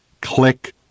Click